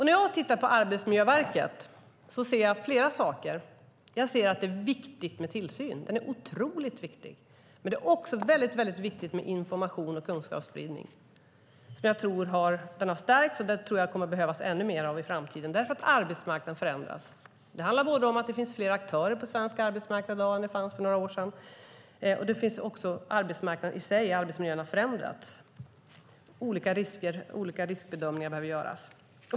När jag tittar på Arbetsmiljöverket ser jag flera saker. Jag ser att det är viktigt med tillsyn. Den är otroligt viktig. Men det är också mycket viktigt med information och kunskapsspridning. Den har stärkts, och jag tror att det kommer att behövas ännu mer av detta i framtiden, eftersom arbetsmarknaden förändras. Det handlar om att det finns fler aktörer på svensk arbetsmarknad i dag än det fanns för några år sedan, och arbetsmarknaden i sig och arbetsmiljön har också förändrats. Olika riskbedömningar behöver göras.